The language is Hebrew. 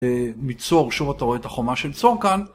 מצור, שוב אתה רואה את החומה של צור כאן.